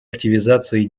активизации